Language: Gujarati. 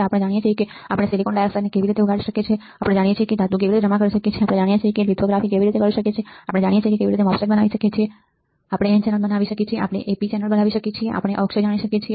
આપણે જાણીએ છીએ કે આપણે સિલિકોન ડાયોક્સાઇડ કેવી રીતે ઉગાડી શકીએ છીએ આપણે જાણીએ છીએ કે આપણે ધાતુ કેવી રીતે જમા કરી શકીએ આપણે જાણીએ છીએ કે આપણે લિથોગ્રાફી કેવી રીતે કરી શકીએ આપણે જાણીએ છીએ કે કેવી રીતે MOSFET બનાવટી છે આપણે n ચેનલ બનાવી શકીએ છીએ આપણે એ પી ચેનલ બનાવી શકીએ છીએ આપણે અવક્ષય જાણીએ છીએ